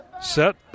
set